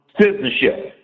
citizenship